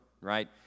right